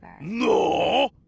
No